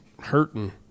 hurting